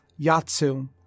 Yatsu